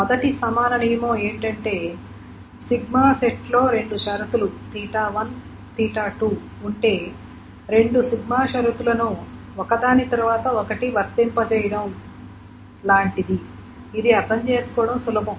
మొదటి సమాన నియమం ఏమిటంటే సెట్లో రెండు షరతులు ఉంటే రెండు షరతులను ఒకదాని తరువాత ఒకటి వర్తింపజేయడం చేయడం లాంటిది ఇది అర్థం చేసుకోవడం సులభం